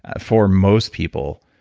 ah for most people,